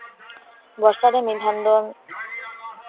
ᱵᱚᱨᱥᱟ ᱨᱮ ᱢᱤᱫ ᱫᱷᱟᱣ ᱫᱚ